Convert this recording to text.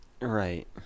right